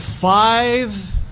five